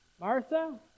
Martha